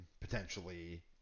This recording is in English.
potentially